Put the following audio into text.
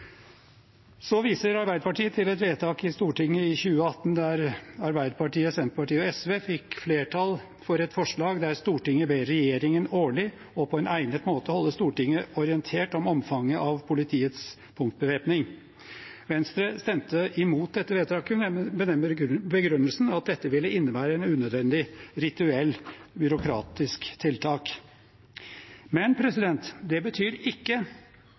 Arbeiderpartiet viser til et vedtak i Stortinget i 2018, der Arbeiderpartiet, Senterpartiet, SV og Kristelig Folkeparti fikk flertall for et forslag der Stortinget ber regjeringen «årlig og på egnet måte holde Stortinget orientert om omfanget av politiets punktbevæpning». Venstre stemte mot dette vedtaket med den begrunnelsen at dette ville innebære et unødvendig rituelt byråkratisk tiltak. Men det betyr ikke